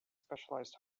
specialized